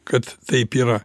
kad taip yra